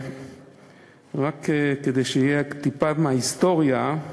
רק כדי שיהיה, טיפה מההיסטוריה: